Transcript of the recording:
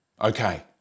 Okay